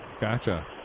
Gotcha